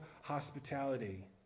hospitality